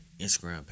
Instagram